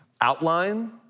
outline